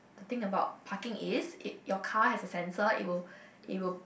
the thing about parking is it your car has a sensor it will it will